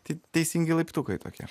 tei teisingi laiptukai tokie